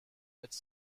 which